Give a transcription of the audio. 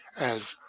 as,